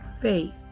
faith